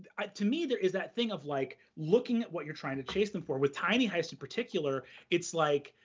ah to me, there is that thing of like looking at what you're trying to chase them for. with tiny heist in particular it's like.